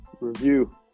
review